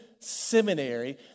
seminary